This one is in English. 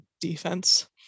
defense